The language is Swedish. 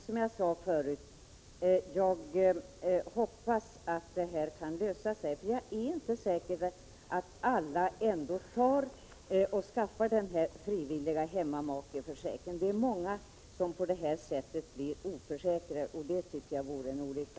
Som jag förut sade hoppas jag att detta problem kan lösas. Jag är inte säker på att alla skaffar den frivilliga hemmamakeförsäkringen. Det är många som på det här sättet blir oförsäkrade, och det tycker jag vore en olycka.